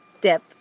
dip